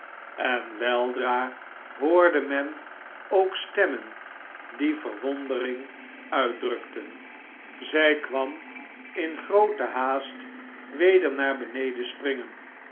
en weldra hoorde men ook stemmen die verwondering uitdrukten zij kwam in groote haast weder naar beneden springen